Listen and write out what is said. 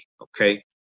Okay